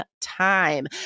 time